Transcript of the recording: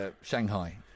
Shanghai